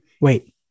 wait